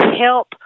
help